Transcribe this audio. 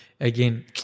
again